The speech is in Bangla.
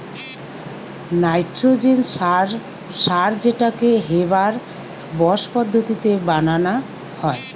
নাইট্রজেন সার সার যেটাকে হেবার বস পদ্ধতিতে বানানা হয়